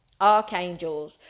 archangels